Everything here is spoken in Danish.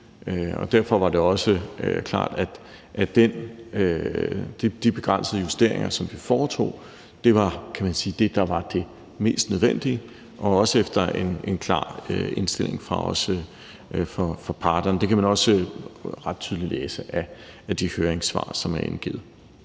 Derfor var det også klart, at de begrænsede justeringer, som vi foretog, var det, der var det mest nødvendige og også efter en klar indstilling fra parterne. Det kan man også ret tydeligt læse af de høringssvar, som er indgivet.